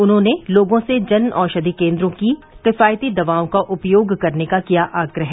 उन्होंने लोगों से जनऔषधि केंद्रों की किफायती दवाओं का उपयोग करने का किया आग्रह